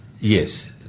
Yes